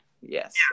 yes